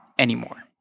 anymore